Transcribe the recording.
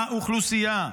האוכלוסייה,